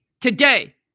today